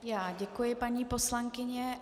Já děkuji, paní poslankyně.